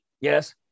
Yes